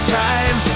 time